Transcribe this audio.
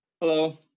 Hello